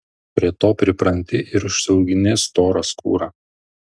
prie to pripranti ir užsiaugini storą skūrą